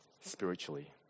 spiritually